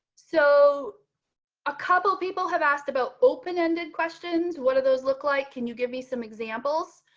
so a couple people have asked about open ended questions. what are those look like can you give me some examples.